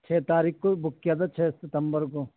چھ تاریخ کو ہی بک کیا تھا چھ ستمبر کو